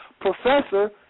professor